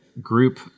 group